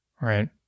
right